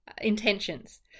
intentions